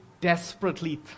desperately